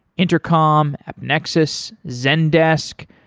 intercom, nexus, zendesk,